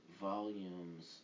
volumes